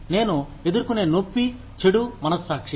నేను ఎదుర్కొనే నొప్పి చెడు మనస్సాక్షి